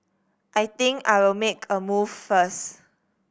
I think I will make a move first